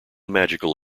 magical